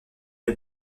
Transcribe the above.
une